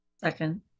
Second